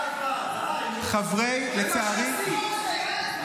היא אומרת --- את מצדיקה את האמירות של חבר מפלגתך?